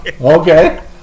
Okay